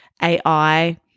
AI